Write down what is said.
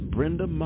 Brenda